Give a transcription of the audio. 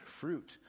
fruit